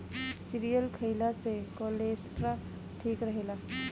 cereals खइला से cholesterol ठीक रहेला